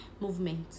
movement